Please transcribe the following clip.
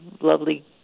lovely